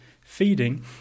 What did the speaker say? feeding